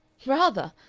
rather!